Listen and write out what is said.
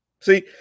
See